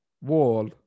Wall